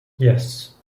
yes